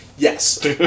Yes